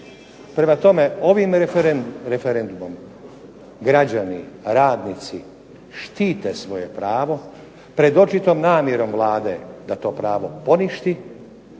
Prema tome, ovim referendumom građani, radnici, štite svoje pravo, pred očitom namjerom Vlade da to pravo poništi